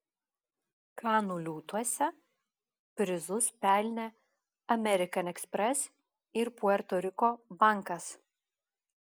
kanų liūtuose prizus pelnė amerikan ekspres ir puerto riko bankas